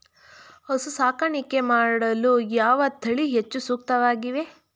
ಹಸು ಸಾಕಾಣಿಕೆ ಮಾಡಲು ಯಾವ ತಳಿ ಹೆಚ್ಚು ಸೂಕ್ತವಾಗಿವೆ?